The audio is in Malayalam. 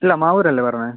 ഇല്ല മാവൂര് അല്ലേ പറഞ്ഞത്